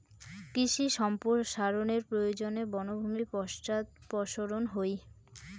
কৃষি সম্প্রসারনের প্রয়োজনে বনভূমি পশ্চাদপসরন হই